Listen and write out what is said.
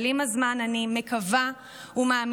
אבל עם הזמן, אני מקווה ומאמינה